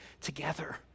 together